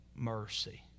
mercy